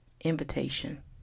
Invitation